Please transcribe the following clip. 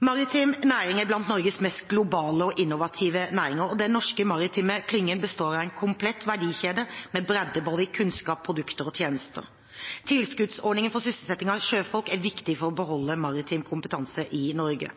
Maritim næring er blant Norges mest globale og innovative næringer, og den norske maritime klyngen består av en komplett verdikjede med bredde i både kunnskap, produkter og tjenester. Tilskuddsordningen for sysselsetting av sjøfolk er viktig for å beholde maritim kompetanse i Norge.